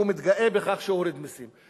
הוא מתגאה בכך שהוא הוריד מסים.